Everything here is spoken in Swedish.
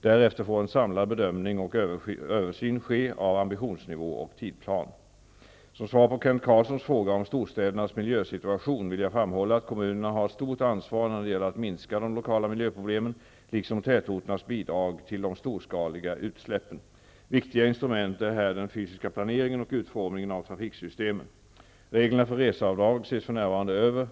Därefter får en samlad bedömning och översyn ske av ambitionsnivå och tidsplan. Som svar på Kent Carlssons fråga om storstädernas miljösituation vill jag framhålla att kommunerna har ett stort ansvar när det gäller att minska de lokala miljöproblemen liksom att minska tätorternas bidrag till de storskaliga utsläppen. Viktiga instrument är här den fysiska planeringen och utformningen av trafiksystemen. Reglerna för reseavdrag ses för närvarande över.